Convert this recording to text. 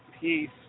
peace